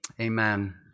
Amen